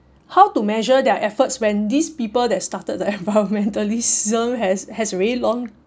how to measure their efforts when these people that started the environmentalism has has really long